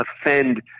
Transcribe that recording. offend